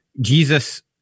Jesus